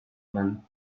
vingts